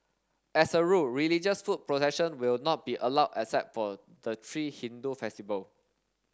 as a rule religious foot procession will not be allowed except for the three Hindu festival